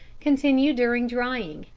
continue during drying,